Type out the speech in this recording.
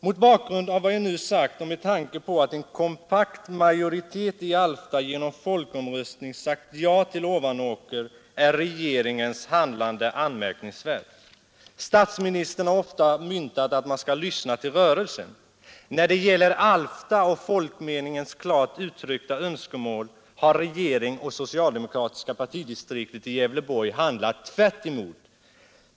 Mot bakgrund av jag nu sagt och med tanke på att en kompakt majoritet i Alfta genom folkomröstning sagt ja till Ovanåker är regeringens handlande anmärkningsvärt. Statsministern har ofta myntat uttrycket att man skall lyssna till rörelsen. När det gäller Alfta och folkmeningens klart uttryckta önskemål, har regeringen och socialdemokratiska partidistriktet i Gävleborgs län handlat tvärtemot.